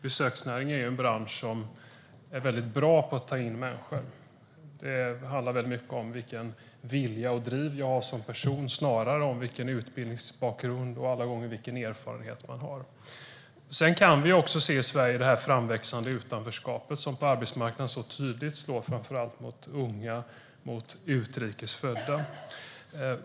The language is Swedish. Besöksnäringen är en bransch som är bra på att ta in människor, och det handlar mycket om vilken vilja och vilket driv man har som person snarare än om vilken utbildningsbakgrund och erfarenhet man har. Sedan kan vi se det här framväxande utanförskapet i Sverige som på arbetsmarknaden så tydligt slår framför allt mot unga och utrikes födda.